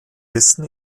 wissen